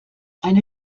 eine